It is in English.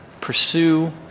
pursue